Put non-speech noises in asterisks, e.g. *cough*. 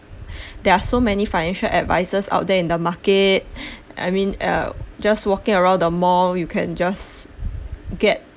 *breath* there are so many financial advisers out there in the market I mean just walking around the mall you can just get